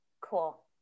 Cool